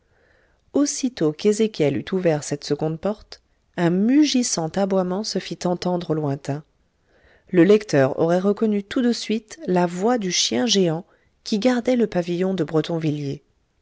aussitôt qu'ezéchiel eut ouvert cette seconde porte un mugissant aboiement se fit entendre au lointain le lecteur aurait reconnu tout de suite la voix du chien géant qui gardait le pavillon de